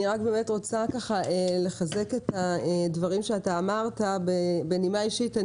אני רוצה לחזק דברים שאתה אמרת, בנימה אישית.